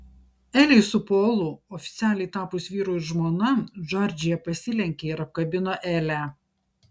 elei su polu oficialiai tapus vyru ir žmona džordžija pasilenkė ir apkabino elę